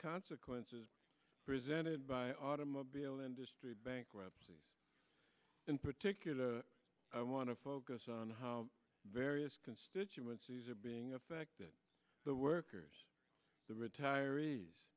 consequences presented by automobile industry bankruptcy in particular i want to focus on how various constituencies are being affected the workers the retiree